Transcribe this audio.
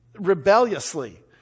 rebelliously